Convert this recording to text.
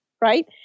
right